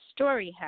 StoryHouse